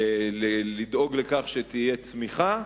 לדאוג לכך שתהיה צמיחה,